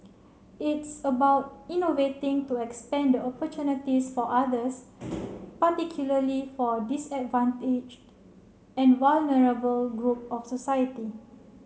it's about innovating to expand the opportunities for others particularly for disadvantaged and vulnerable group our society